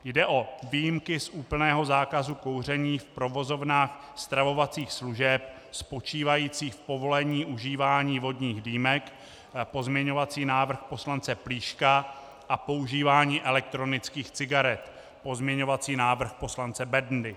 Jde o výjimky z úplného zákazu kouření v provozovnách stravovacích služeb spočívající v povolení užívání vodních dýmek pozměňovací návrh poslance Plíška, a používání elektronických cigaret pozměňovací návrh poslance Bendy.